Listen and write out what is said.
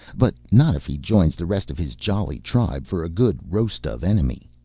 but not if he joins the rest of his jolly tribe for a good roast of enemy.